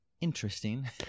Interesting